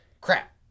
crap